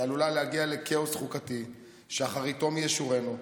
שעלולה להגיע לכאוס חוקתי שאחריתו מי ישורנו,